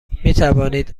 میتوانید